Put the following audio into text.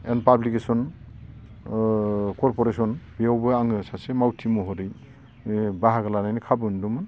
and publication corporation बेयावबो आङो सासे मावथि महरै बाहागो लानायनि खाबु मोन्दोंमोन